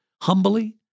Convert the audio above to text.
humbly